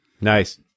Nice